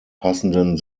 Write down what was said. passenden